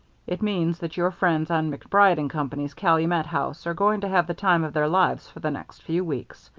it means that your friends on macbride and company's calumet house are going to have the time of their lives for the next few weeks.